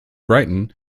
brighton